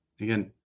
Again